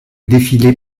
défilé